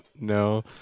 No